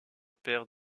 père